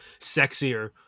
sexier